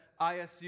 ISU